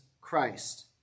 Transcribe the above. Christ